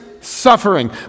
suffering